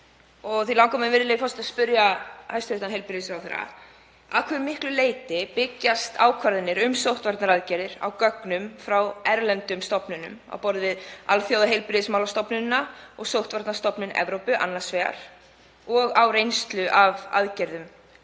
Því langar mig, virðulegi forseti, að spyrja hæstv. heilbrigðisráðherra: Að hve miklu leyti byggjast ákvarðanir um sóttvarnaaðgerðir á gögnum frá erlendum stofnunum á borð við Alþjóðaheilbrigðismálastofnunina og Sóttvarnastofnun Evrópu annars vegar, og hins vegar á reynslu af aðgerðum